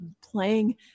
playing